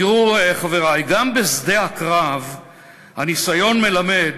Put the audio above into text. תראו, חברי, גם בשדה הקרב הניסיון מלמד